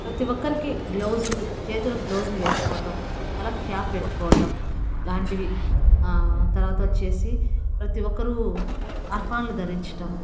ప్రతీ ఒక్కరికి గ్లౌజులు చేతులకు గ్లౌజులు వేసుకోవటం తలకు క్యాప్ పెట్టుకోవటం ఇలాంటివి తరువాత వచ్చేసి ప్రతీ ఒక్కరు అర్పణలు ధరించడం